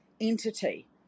entity